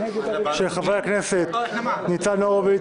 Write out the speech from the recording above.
של חברי הכנסת ניצן הורוביץ,